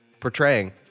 portraying